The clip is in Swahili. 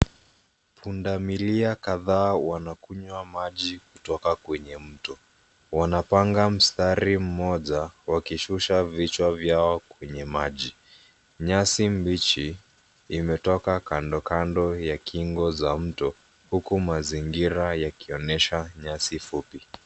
Pundamilia kadhaa wanakunywa maji kutoka kwenye mto. Wanapanga mstari mmoja wakishusha vichwa vyao kwenye maji. Nyasi mbichi imetoka kandokando ya kingo za mto huku mazingira yakionesha nyasi fupi.